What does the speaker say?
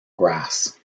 grass